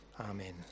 Amen